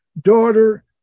Daughter